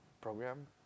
program